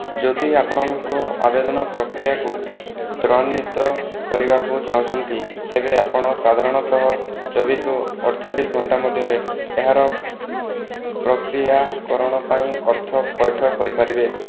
ଯଦି ଆପଣଙ୍କ ଆବେଦନ ପ୍ରକ୍ରିୟାକୁ ତ୍ରୟାନ୍ୱିତ କରିବାକୁ ଚାହୁଁଛନ୍ତି ତେବେ ଆପଣ ସାଧାରଣତଃ ଚବିଶରୁ ଅଠଚାଲିଶ ଘଣ୍ଟା ମଧ୍ୟରେ ଏହାର ପ୍ରକ୍ରିୟାକରଣ ପାଇଁ ଅର୍ଥ ପୈଠ କରିପାରିବେ